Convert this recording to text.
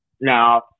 now